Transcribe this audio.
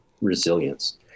resilience